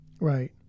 right